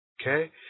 Okay